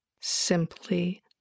Simply